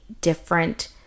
different